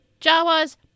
Jawas